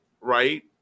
right